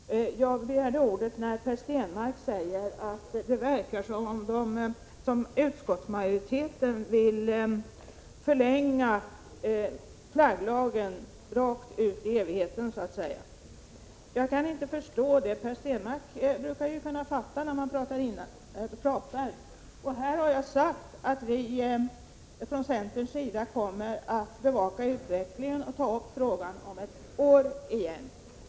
Fru talman! Jag begärde ordet eftersom Per Stenmarck sade att det verkar som om utskottsmajoriteten vill förlänga flagglagen rakt ut i evigheten, så att säga. Jag kan inte förstå det — Per Stenmarck brukar ju kunna fatta vad man säger. Jag har sagt att vi ifrån centerns sida kommer att bevaka utvecklingen och ta upp frågan inom ett år igen.